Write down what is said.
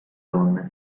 donne